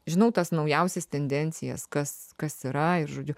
žinau tas naujausias tendencijas kas kas yra ir žodžiu